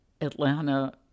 Atlanta